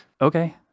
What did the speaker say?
Okay